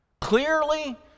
Clearly